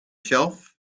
shelf